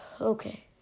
Okay